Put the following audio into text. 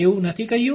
એવું નથી કહ્યું